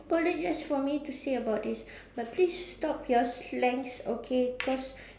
apologise for me to say about this but please stop your slangs okay cause